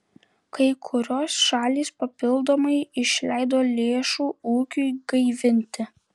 kai kurios šalys papildomai išleido lėšų ūkiui gaivinti